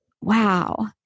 wow